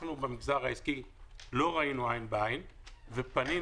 אנחנו במגזר העסקי לא ראינו עין בעין ופנינו